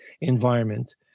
environment